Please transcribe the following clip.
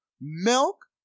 Milk